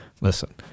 listen